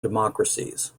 democracies